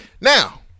Now